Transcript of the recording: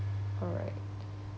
alright